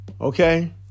Okay